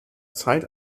zeit